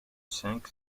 cinq